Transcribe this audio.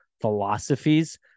philosophies